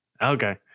Okay